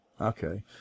Okay